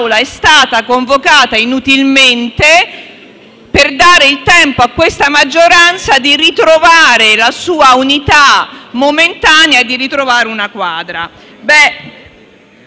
è stata convocata inutilmente per dare il tempo a questa maggioranza di ritrovare la sua unità momentanea e una quadra.